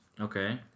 Okay